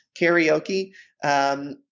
Karaoke